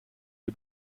die